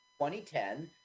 2010